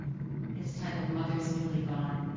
it's titled mothers newly gone.